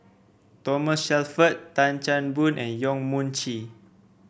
Thomas Shelford Tan Chan Boon and Yong Mun Chee